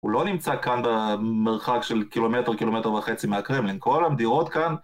הוא לא נמצא כאן במרחק של קילומטר, קילומטר וחצי מהקרמלין, כל המדירות כאן...